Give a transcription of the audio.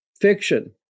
Fiction